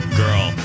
girl